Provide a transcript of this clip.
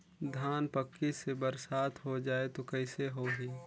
धान पक्की से बरसात हो जाय तो कइसे हो ही?